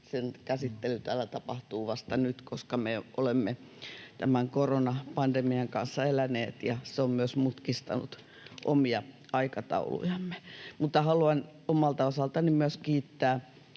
sen käsittely täällä tapahtuu vasta nyt, koska me olemme tämän koronapandemian kanssa eläneet ja se on myös mutkistanut omia aikataulujamme. Mutta haluan myös omalta osaltani kiittää